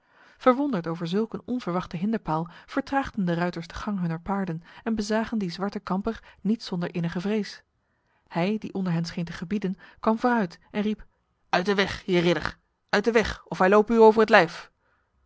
verwonderd over zulk een onverwachte hinderpaal vertraagden de ruiters de gang hunner paarden en bezagen die zwarte kamper niet zonder innige vrees hij die onder hen scheen te gebieden kwam vooruit en riep uit de weg heer ridder uit de weg of wij lopen u over het lijf